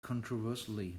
controversially